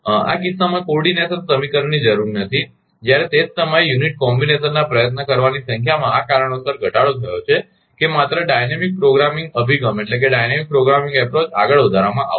આ કિસ્સામાં coordination સમીકરણની જરૂર નથી જ્યારે તે જ સમયે યુનિટ કોમ્બીનેશનના પ્રયત્ન કરવાની સંખ્યામાં આ કારણોસર ઘટાડો થયો છે કે માત્ર ડાયનેમિક પ્રોગ્રામિંગ અભિગમ આગળ વધારવામાં આવશે